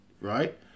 right